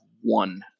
one